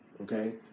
Okay